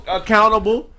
accountable